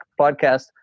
podcast